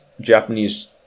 Japanese